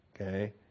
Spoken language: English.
okay